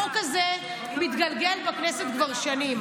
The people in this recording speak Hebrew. החוק הזה מתגלגל בכנסת כבר שנים,